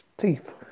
teeth